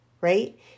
right